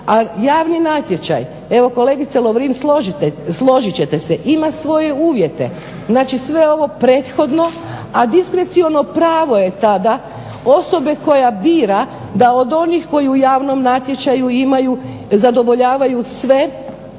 A javni natječaj, evo kolegice Lovrin složit ćete se, ima svoje uvjete. Znači sve ovo prethodno, a diskreciono pravo je tada osobe koja bira da od onih koji u javnom natječaju imaju zadovoljavaju sve